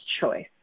choice